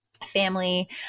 family